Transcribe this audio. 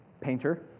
painter